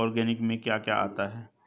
Organic में क्या क्या आता है?